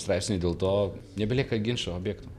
straipsnyje dėl to nebelieka ginčo objekto